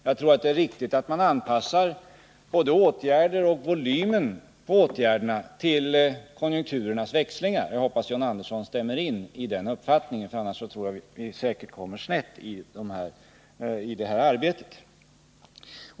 Jag tror det är riktigt att man anpassar både åtgärderna och volymen på åtgärderna till konjunkturernas växlingar. Jag hoppas att John Andersson instämmer i den uppfattningen, för annars tror jag att vi kommer snett i det här arbetet.